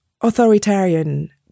authoritarian